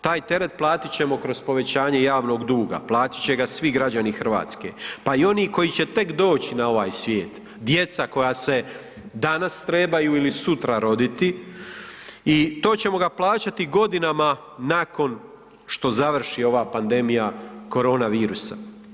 Taj teret platit ćemo kroz povećanje javnog duga, platit će ga svi građani RH, pa i oni koji će tek doći na ovaj svijet, djeca koja se danas trebaju ili sutra roditi i to ćemo ga plaćati godinama nakon što završi ova pandemija korona virusa.